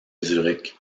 zurich